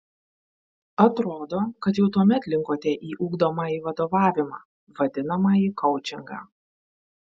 atrodo kad jau tuomet linkote į ugdomąjį vadovavimą vadinamąjį koučingą